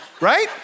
Right